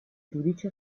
giudici